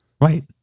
Right